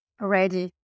ready